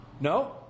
No